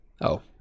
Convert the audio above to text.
Oh